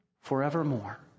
forevermore